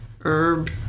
herb